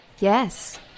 Yes